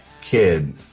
kid